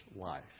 life